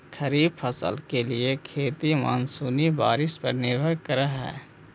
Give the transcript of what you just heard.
खरीफ फसल के लिए खेती मानसूनी बारिश पर निर्भर करअ हई